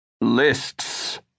Lists